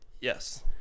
yes